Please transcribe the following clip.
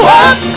up